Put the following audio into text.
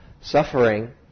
suffering